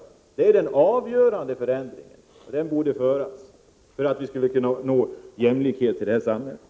Men den gäller den avgörande förändringen, och den borde föras för att vi skulle kunna nå jämställdhet här i samhället.